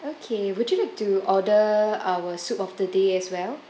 okay would you like to order our soup of the day as well